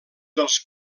dels